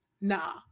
nah